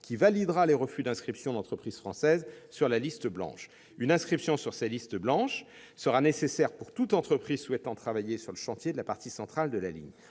qui validera les refus d'inscription d'entreprises françaises sur la liste blanche. Une inscription sur cette liste blanche sera nécessaire pour toute entreprise souhaitant travailler sur le chantier de la partie centrale de la ligne.